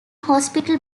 hospital